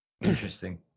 Interesting